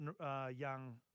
young